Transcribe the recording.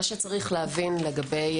מה שצריך להבין לגבי